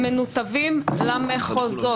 הם מנותבים למחוזות.